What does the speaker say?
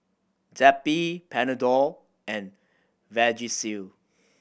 Zappy Panadol and Vagisil